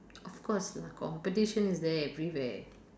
of course lah competition is there everywhere